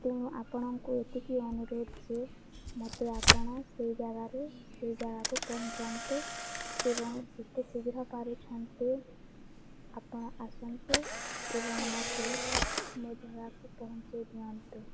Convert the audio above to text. ତେଣୁ ଆପଣଙ୍କୁ ଏତିକି ଅନୁରୋଧ ଯେ ମୋତେ ଆପଣ ସେଇ ଜାଗାରୁ ସେଇ ଜାଗାକୁ ପହଁଞ୍ଚାନ୍ତୁ ଏବଂ ଯେତେ ଶୀଘ୍ର ପାରୁଛନ୍ତି ଆପଣ ଆସନ୍ତୁ ଏବଂ ମୋତେ ମୋ ଜାଗାକୁ ପହଁଞ୍ଚେଇ ଦିଅନ୍ତୁ